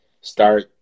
start